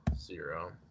zero